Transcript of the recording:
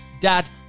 dad